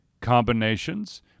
combinations